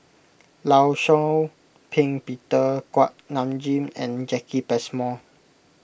Law Shau Ping Peter Kuak Nam Jin and Jacki Passmore